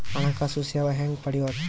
ಹಣಕಾಸು ಸೇವಾ ಹೆಂಗ ಪಡಿಯೊದ?